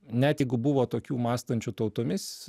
net jeigu buvo tokių mąstančių tautomis